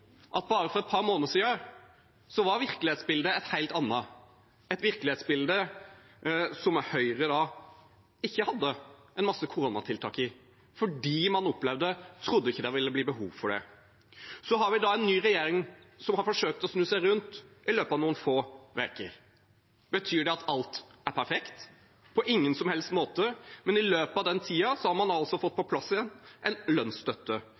at bare for et par måneder siden var virkelighetsbildet et helt annet, et virkelighetsbilde der Høyre ikke hadde en masse koronatiltak, fordi man ikke trodde det ville bli behov for det. Så har vi en ny regjering som har forsøkt å snu seg rundt i løpet av noen få uker. Betyr det at alt er perfekt? På ingen som helst måte, men i løpet av den tiden har man altså fått på plass en lønnsstøtte,